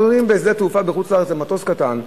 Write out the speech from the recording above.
אבל עולים בשדה-תעופה בחוץ-לארץ על מטוס קטן,